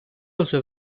also